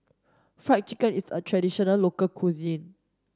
fried chicken is a traditional local cuisine